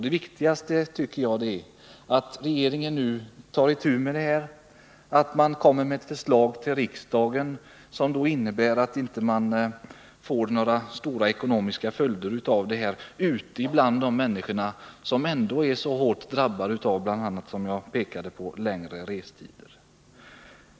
Det viktigaste är att regeringen nu tar itu med problemen, att man inför riksdagen lägger fram ett förslag som innebär att det inte blir några svåra ekonomiska följder för de människor som ändå är så hårt drabbade — bl.a., som jag sade, av längre restider.